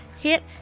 hit